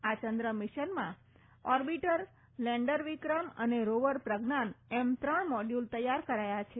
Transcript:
આ ચંદ્ર મિશનમાં ઓર્બિટર લેન્ડર વિક્રમ અને રોવર પ્રજ્ઞાન એમ ત્રણ મોડ્યુલ તૈયાર કરાયા છે